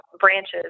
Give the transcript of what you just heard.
branches